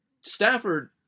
Stafford